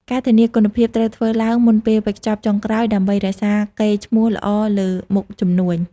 ការធានា គុណភាពត្រូវធ្វើឡើងមុនពេលវេចខ្ចប់ចុងក្រោយដើម្បីរក្សាកេរ្តិ៍ឈ្មោះល្អលើមុខជំនួញ។